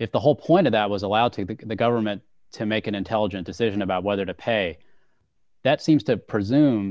if the whole point of that was allowed to because the government to make an intelligent decision about whether to pay that seems to presume